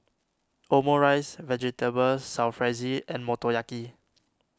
Omurice Vegetable Jalfrezi and Motoyaki